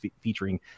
featuring